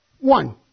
one